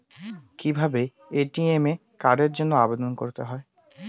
কিভাবে এ.টি.এম কার্ডের জন্য আবেদন করতে হয়?